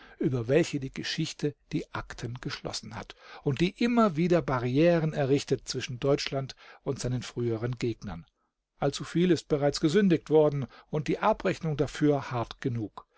über welche die geschichte die akten geschlossen hat und die immer wieder barrieren errichtet zwischen deutschland und seinen früheren gegnern allzu viel ist bereits gesündigt worden und die abrechnung dafür hart genug